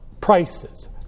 prices